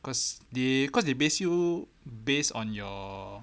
cause they cause they base you based on your